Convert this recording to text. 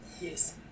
Yes